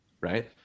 Right